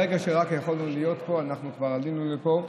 ברגע שרק יכולנו להיות פה אנחנו כבר עלינו לפה,